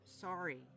sorry